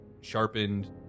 sharpened